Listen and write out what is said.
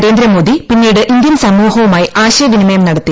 നരേന്ദ്രമോദി പിന്നീട് ഇന്ത്യൻ സമൂഹവുമായി ആശയവിനീമയം നടത്തി